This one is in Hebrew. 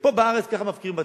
ופה בארץ ככה מפקירים בתי-כנסת.